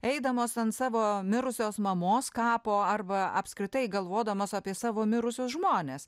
eidamos ant savo mirusios mamos kapo arba apskritai galvodamos apie savo mirusius žmones